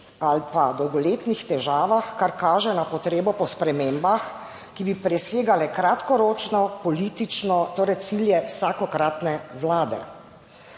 ali pa dolgoletnih težavah, kar kaže na potrebo po spremembah, ki bi presegale kratkoročno politično, torej cilje vsakokratne vlade.